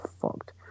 fucked